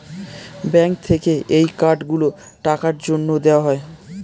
bank থেকে এই card গুলো টাকার জন্যে দেওয়া হয়